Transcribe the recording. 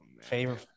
favorite